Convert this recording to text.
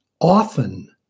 often